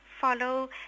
follow